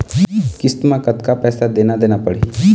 किस्त म कतका पैसा देना देना पड़ही?